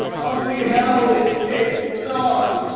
ugly hell, gape not!